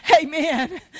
Amen